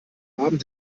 haben